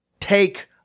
take